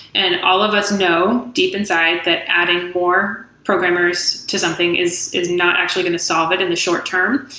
and all of us know deep inside that adding more programmers to something is is not actually going to solve it in the short-term.